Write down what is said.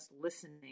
listening